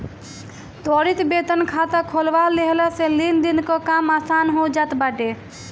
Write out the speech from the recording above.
त्वरित वेतन खाता खोलवा लेहला से लेनदेन कअ काम आसान हो जात बाटे